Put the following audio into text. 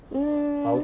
mm